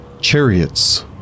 Chariots